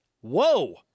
Whoa